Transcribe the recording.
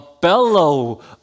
bellow